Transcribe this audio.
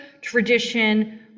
tradition